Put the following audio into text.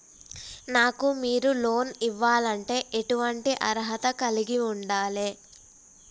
నాకు మీరు లోన్ ఇవ్వాలంటే ఎటువంటి అర్హత కలిగి వుండాలే?